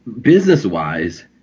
business-wise